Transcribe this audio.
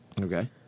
Okay